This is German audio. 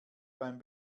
beim